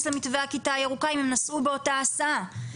למתווה הכיתה הירוקה אם הם נסעו באותה הסעה.